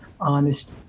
honest